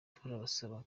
turabasaba